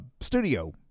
studio